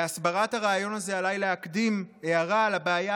להסברת הרעיון הזה עליי להקדים הערה על הבעיה